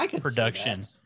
production